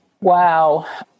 Wow